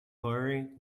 hurry